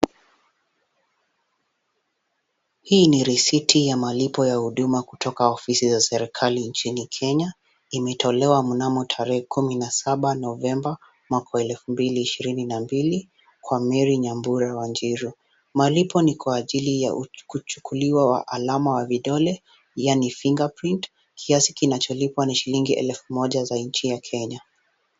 Hii ni risiti ya malipo ya huduma kutoka ofisi za serikali nchini Kenya. Imetolewa mnamo tarehe 17/11/2022, kwa Mary Nyambura Wanjiru. Malipo ni kwa ajili ya kuchukuliwa alama ya vidole yaani, finger print . Kiasi kinacholipwa ni shilingi 1000 za nchi ya Kenya.